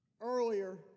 earlier